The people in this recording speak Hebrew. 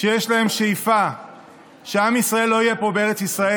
ויש לו שאיפה שעם ישראל לא יהיה בארץ ישראל,